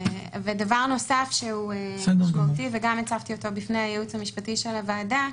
דבר שהוא משמעותי וגם הצפתי אותו בפני הייעוץ המשפטי של הוועדה,